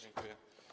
Dziękuję.